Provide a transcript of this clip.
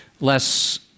less